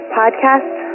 podcast